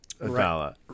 Right